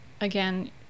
again